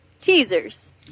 Teasers